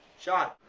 sean?